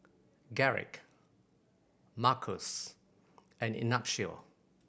Garrick Markus and Ignacio